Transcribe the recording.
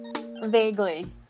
Vaguely